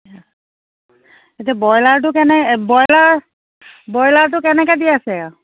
ব্ৰইলাৰটো কেনেকৈ ব্ৰইলাৰ ব্ৰইলাৰটো কেনেকৈ দি আছে